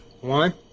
One